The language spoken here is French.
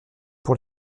pour